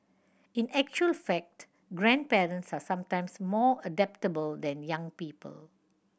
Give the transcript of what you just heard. in actual fact grandparents are sometimes more adaptable than young people